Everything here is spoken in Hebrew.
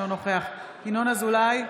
אינו נוכח ינון אזולאי,